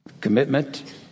commitment